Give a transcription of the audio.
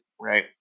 right